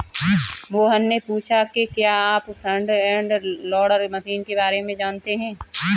मोहन ने पूछा कि क्या आप फ्रंट एंड लोडर मशीन के बारे में जानते हैं?